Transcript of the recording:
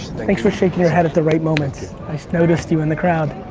thanks for shaking your head at the right moments, i noticed you in the crowd,